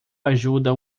ajuda